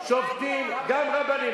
גם רבנים.